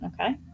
Okay